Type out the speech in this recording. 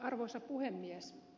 arvoisa puhemies